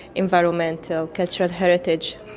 environmental, cultural heritage,